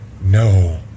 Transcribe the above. No